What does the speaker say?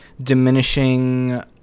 diminishing